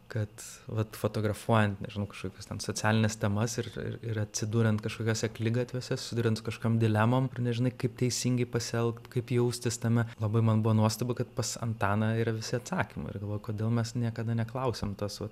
kad vat fotografuojant nežinojau kažkokius ten socialines temas ir ir ir atsiduriant kažkokiuose akligatviuose susiduriant su kažkokiom dilemom kur nežinai kaip teisingai pasielgt kaip jaustis tame labai man buvo nuostabu kad pas antaną yra visi atsakymai ir galvoju kodėl mes niekada neklausiam tos vat